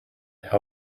how